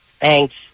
Thanks